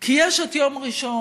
כי יש את יום ראשון,